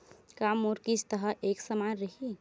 का मोर किस्त ह एक समान रही?